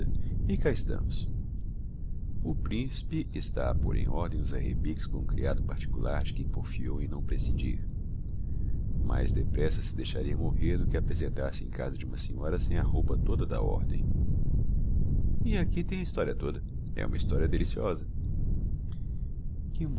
e cá estamos o principe está a pôr em ordem os arrebiques com o criado particular de quem porfiou em não prescindir mais depressa se deixaria morrer do que apresentar-se em casa de uma senhora sem a roupa toda da ordem e aqui tem a historia toda é uma historia deliciosa que